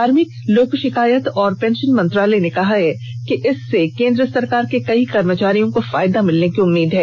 कार्मिक लोक शिकायत और पेंशन मंत्रालय ने कहा है कि इससे केंद्र सरकार के कई कर्मचारियों को फायदा मिलने की उम्मीद है